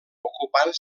ocupant